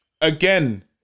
again